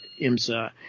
IMSA